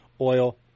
oil